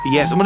Yes